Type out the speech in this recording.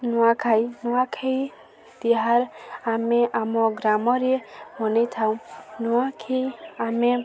ନୂଆଖାଇ ନୂଆଖାଇ ତିହାର ଆମେ ଆମ ଗ୍ରାମରେ ମନେଇଥାଉ ନୂଆଖାଇ ଆମେ